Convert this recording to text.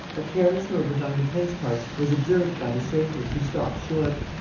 a careless movement on lupin's part was observed by the stranger, who stopped short.